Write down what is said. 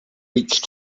reach